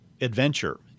adventure